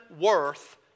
worth